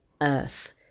Earth